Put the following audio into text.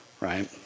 right